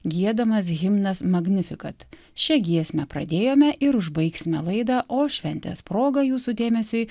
giedamas himnas magnifikat šia giesme pradėjome ir užbaigsime laidą o šventės proga jūsų dėmesiui